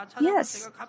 Yes